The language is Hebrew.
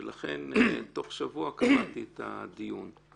ולכן תוך שבוע קבעתי את הדיון.